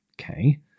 Okay